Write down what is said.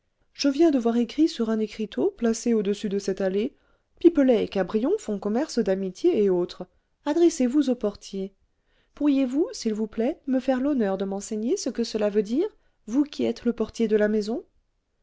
je viens de voir écrit sur un écriteau placé au-dessus de cette allée pipelet et cabrion font commerce d'amitié et autres adressez-vous au portier pourriez-vous s'il vous plaît me faire l'honneur de m'enseigner ce que cela veut dire vous qui êtes le portier de la maison